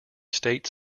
state